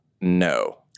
No